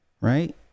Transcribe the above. right